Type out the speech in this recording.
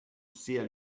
sehr